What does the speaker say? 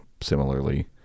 similarly